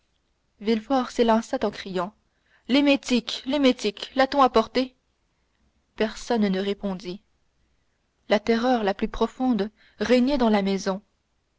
s'élança en criant l'émétique l'émétique l'a-t-on apporté personne ne répondit la terreur la plus profonde régnait dans la maison